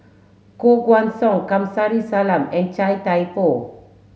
Koh Guan Song Kamsari Salam and Chia Thye Poh